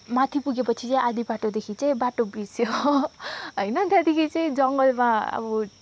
माथि पुगेपछि चाहिँ आधी बाटोदेखि चाहिँ बाटो बिर्सियो होइन त्यहाँदेखि चाहिँ जङ्गलमा अब